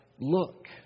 look